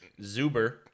Zuber